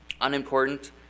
unimportant